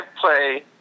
play